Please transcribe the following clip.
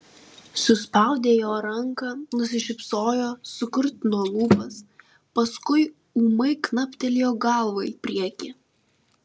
suspaudė jo ranką nusišypsojo sukrutino lūpas paskui ūmai knaptelėjo galva į priekį